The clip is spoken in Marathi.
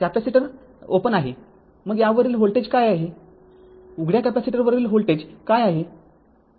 आणि कॅपेसिटर उघडे आहे मग यावरील व्होल्टेज काय आहे उघड्या कॅपेसिटरवरील व्होल्टेज काय आहे